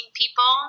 people